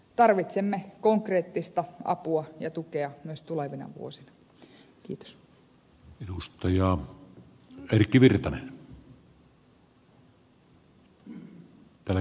tarvitsemme konkreettista apua ja tukea myös tulevina vuosina